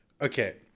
Okay